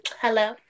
Hello